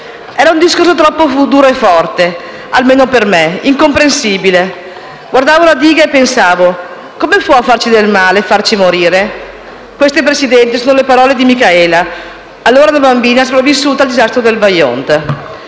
Era un discorso troppo duro e forte, almeno per me, incomprensibile. Guardavo la diga e pensavo: "Come può farci del male e farci morire?"». Queste, Presidente, sono le parole di Micaela, una bambina sopravvissuta al disastro del Vajont.